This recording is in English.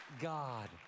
God